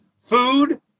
food